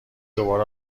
دوباره